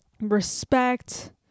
respect